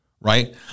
right